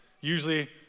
Usually